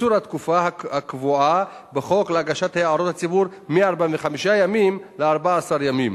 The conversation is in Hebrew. קיצור התקופה הקבועה בחוק להגשת הערות הציבור מ-45 ימים ל-14 ימים,